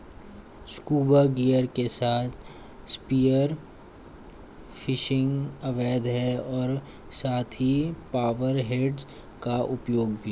scuba gear के साथ spear fishing अवैध है और साथ ही पावर हेड्स का उपयोग भी